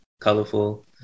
colorful